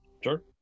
Sure